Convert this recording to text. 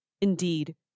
indeed